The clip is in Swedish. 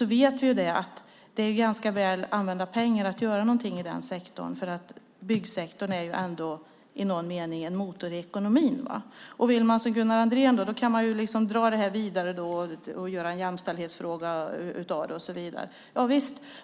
Vi vet att det är ganska väl använda pengar att göra någonting i den sektorn. Byggsektorn är ändå i någon mening en motor i ekonomin. Man kan som Gunnar Andrén dra detta vidare och göra en jämställdhetsfråga av det.